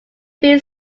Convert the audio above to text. being